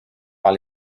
par